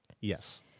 Yes